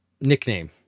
nickname